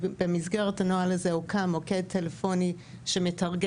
במסגרת הנוהל הזה הוקם מוקד טלפוני שמתרגם